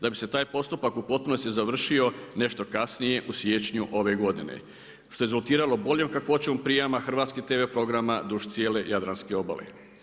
Da bi se taj postupak u potpunosti završio nešto kasnije u siječnju ove godine što je rezultiralo boljom kakvoćom prijama hrvatski tv programa duž cijele Jadranske obale.